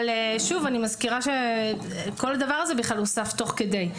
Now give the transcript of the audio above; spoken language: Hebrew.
אבל שוב אני מזכירה שכל הדבר הזה הוסף תוך כדי.